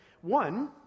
One